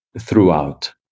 throughout